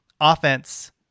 offense